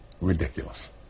ridiculous